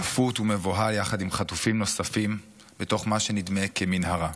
כפות ומבוהל יחד עם חטופים נוספים בתוך מה שנדמה כמנהרה.